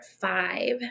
five